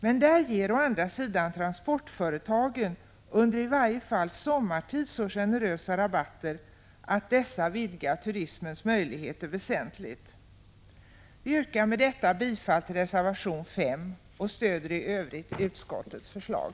Men där ger å andra sidan transportföretagen under i varje fall sommartid så generösa rabatter att dessa vidgar turismens möjligheter väsentligt. Vi yrkar med detta bifall till reservation 5 och stöder i övrigt utskottets förslag.